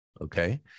okay